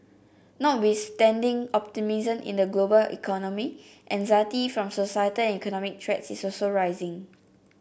notwithstanding optimism in the global economy anxiety from societal and economic threats is also rising